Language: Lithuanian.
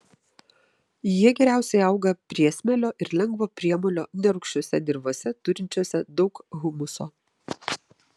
jie geriausiai auga priesmėlio ir lengvo priemolio nerūgščiose dirvose turinčiose daug humuso